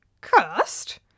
cursed